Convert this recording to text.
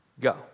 Go